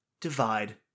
Divide